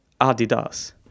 Adidas